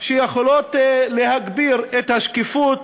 שיכולות להגביר את השקיפות